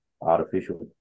artificial